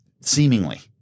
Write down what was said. seemingly